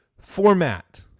format